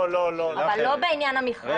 לא לא -- בעניין המכרזי,